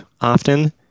often